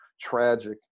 tragic